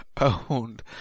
owned